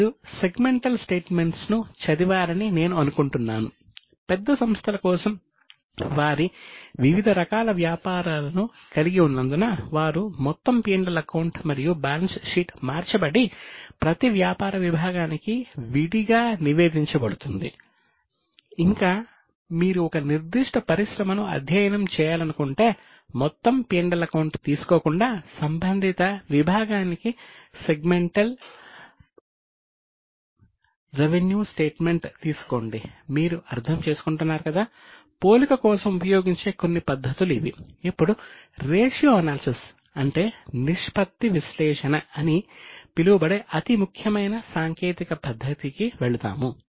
మీరు సెగ్మెంటల్ స్టేట్మెంట్ల అంటే నిష్పత్తి విశ్లేషణ అని పిలువబడే అతి ముఖ్యమైన సాంకేతికత పద్ధతికి వెళ్తాము